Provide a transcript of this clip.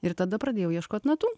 ir tada pradėjau ieškot natų